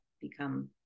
become